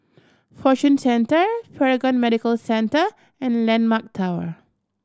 Fortune Centre Paragon Medical Centre and Landmark Tower